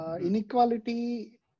inequality